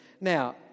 now